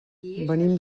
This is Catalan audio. venim